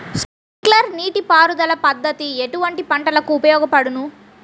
Sprinkler నీటిపారుదల పద్దతి ఎటువంటి పంటలకు ఉపయోగపడును?